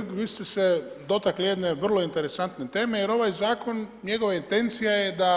Kolega Hrg, vi ste se dotakli jedne vrlo interesantne teme, jer ovaj zakon, njegova intencija je da